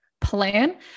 plan